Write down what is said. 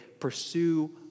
Pursue